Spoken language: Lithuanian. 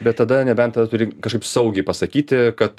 bet tada nebent tada turi kažkaip saugiai pasakyti kad